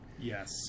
Yes